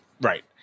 Right